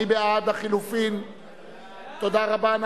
תודה רבה.